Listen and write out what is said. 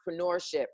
entrepreneurship